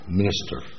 minister